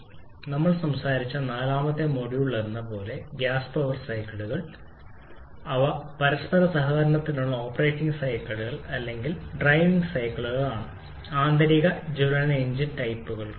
ഞങ്ങൾ സംസാരിച്ച നാലാമത്തെ മൊഡ്യൂളിലെന്നപോലെ ഗ്യാസ് പവർ സൈക്കിളുകൾ അവ പരസ്പര സഹകരണത്തിനുള്ള ഓപ്പറേറ്റിംഗ് സൈക്കിളുകൾ അല്ലെങ്കിൽ ഡ്രൈവിംഗ് സൈക്കിളുകളാണ് ആന്തരിക ജ്വലന എഞ്ചിനുകൾ ടൈപ്പു ചെയ്യുക